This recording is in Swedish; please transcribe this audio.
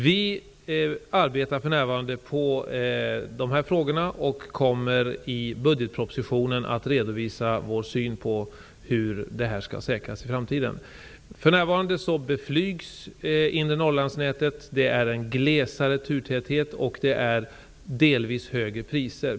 Vi arbetar för närvarande på de här frågorna och kommer i budgetpropositionen att redovisa vår syn på hur detta skall säkras i framtiden. För närvarande beflygs nätet för inre Norrland. Det är en glesare turtäthet och det är delvis högre priser.